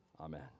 amen